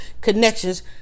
connections